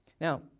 Now